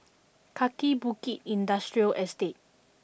Kaki Bukit Industrial Estate